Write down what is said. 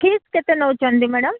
fee କେତେ ନେଉଛନ୍ତି madam